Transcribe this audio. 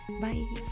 Bye